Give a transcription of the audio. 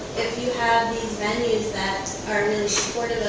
you have these venues that are really supportive of